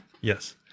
Yes